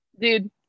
dude